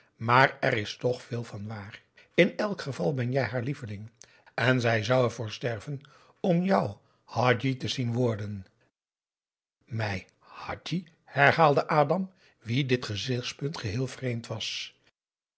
maar er is toch veel van waar in elk geval ben jij haar lieveling en zij zou er voor sterven om jou hadji te zien worden mij hadji herhaalde adam wien dit gezichtspunt geheel vreemd was